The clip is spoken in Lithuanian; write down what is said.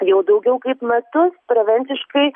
jau daugiau kaip metus prevenciškai